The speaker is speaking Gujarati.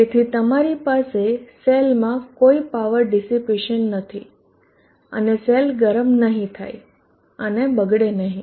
તેથી તમારી પાસે સેલ માં કોઈ પાવર ડિસીપેશન નથી અને સેલ ગરમ નહીં થાય અને બગડે નહીં